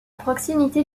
proximité